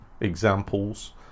examples